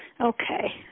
Okay